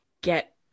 get